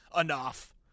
enough